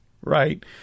right